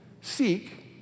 Seek